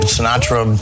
Sinatra